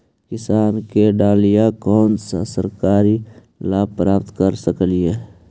किसान के डालीय कोन सा सरकरी लाभ प्राप्त कर सकली?